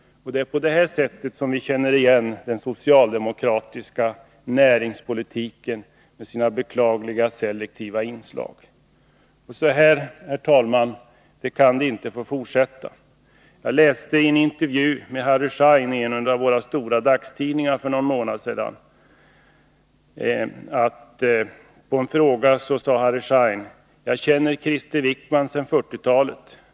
Det är på det vi känner igen den socialdemokratiska näringspolitiken med dess beklagliga selektiva inslag. Så här kan det inte fortsätta. I en intervju i en av våra stora dagstidningar för någon månad sedan sade Harry Schein: ”Jag känner Krister Wickman sedan fyrtiotalet.